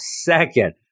second